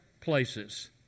places